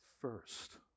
first